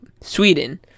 Sweden